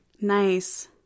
Nice